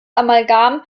amalgam